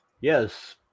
Yes